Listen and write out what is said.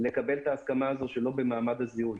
לקבל את ההסכמה הזאת שלא במעמד הזיהוי.